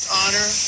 honor